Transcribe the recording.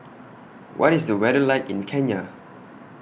What IS The weather like in Kenya